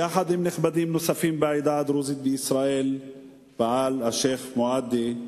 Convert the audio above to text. יחד עם נכבדים נוספים בעדה הדרוזית בישראל פעל השיח' מועדי,